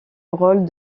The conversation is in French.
rôle